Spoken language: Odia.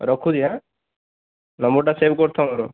ରଖୁଛି ଆଁ ନମ୍ବରଟା ସେଭ୍ କରିଥାଅ ମୋର